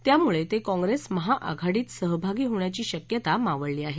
त्यामुळे ते काँप्रेस महाआघाडीत सहभागी होण्याची शक्यता मावळली आहे